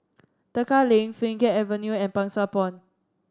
Tekka Lane Pheng Geck Avenue and Pang Sua Pond